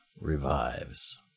revives